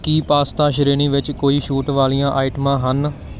ਕੀ pasta ਸ਼੍ਰੇਣੀ ਵਿੱਚ ਕੋਈ ਛੂਟ ਵਾਲੀਆਂ ਆਈਟਮਾਂ ਹਨ